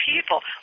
people